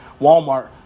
Walmart